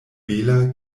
bela